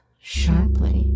sharply